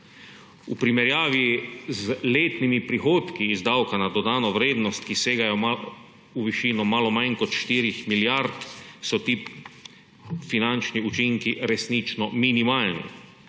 V primerjavi z letnimi prihodki iz davka na dodano vrednost, ki segajo v višino malo manj kot 4 milijarde, so ti finančni učinki resnično minimalni,